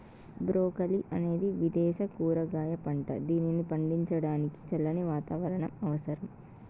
broccoli అనేది విదేశ కూరగాయ పంట, దీనిని పండించడానికి చల్లని వాతావరణం అవసరం